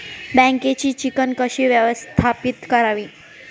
बँकेची चिकण कशी व्यवस्थापित करावी?